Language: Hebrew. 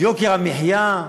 יוקר המחיה,